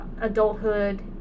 adulthood